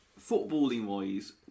Footballing-wise